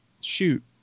shoot